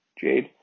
Jade